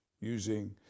using